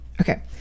Okay